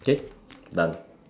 okay done